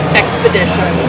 expedition